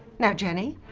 now, jenny,